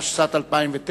התשס"ט 2009,